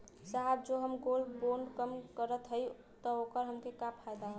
साहब जो हम गोल्ड बोंड हम करत हई त ओकर हमके का फायदा ह?